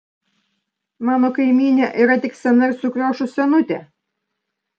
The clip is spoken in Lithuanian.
mano kaimynė yra tik sena ir sukriošus senutė